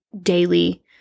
daily